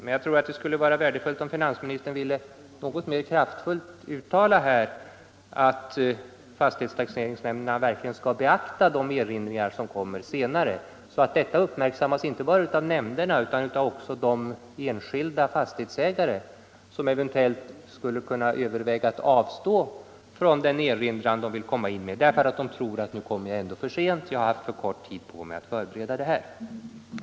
Men jag tror att det också skulle vara värdefullt om finansministern här ville något mer kraftfullt uttala att fastighetstaxeringsnämnderna verkligen skall beakta de erinringar som kommer senare, så att detta uppmärksammas inte bara av nämnderna utan också av de enskilda fastighetsägare som eventuellt skulle kunna överväga att avstå från den erinran de vill avge därför att de tror att de ändå kommer för sent, att de har för kort tid på sig att förbereda en erinran.